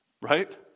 right